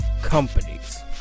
companies